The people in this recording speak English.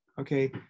Okay